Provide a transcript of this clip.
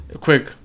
Quick